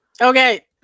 okay